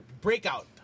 breakout